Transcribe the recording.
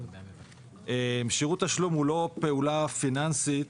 שירות תשלום הוא לא פעולה פיננסית